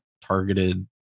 targeted